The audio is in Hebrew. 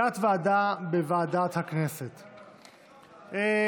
לוועדה שתקבע ועדת הכנסת נתקבלה.